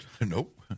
Nope